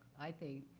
i think,